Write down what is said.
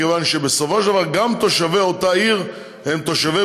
מכיוון שבסופו של דבר גם תושבי אותה עיר הם תושבי